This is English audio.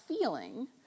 feeling